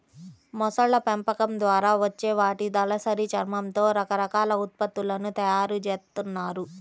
మొసళ్ళ పెంపకం ద్వారా వచ్చే వాటి దళసరి చర్మంతో రకరకాల ఉత్పత్తులను తయ్యారు జేత్తన్నారు